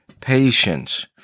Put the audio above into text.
patience